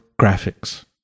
graphics